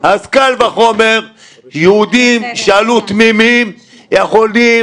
אז קל וחומר יהודים שעלו תמימים יכולים